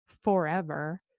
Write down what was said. forever